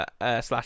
slash